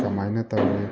ꯀꯃꯥꯏꯅ ꯇꯧꯋꯤ